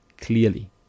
clearly